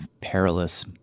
perilous